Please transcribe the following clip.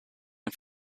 and